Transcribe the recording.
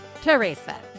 Teresa